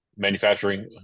manufacturing